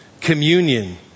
Communion